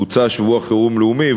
בוצע שבוע חירום לאומי,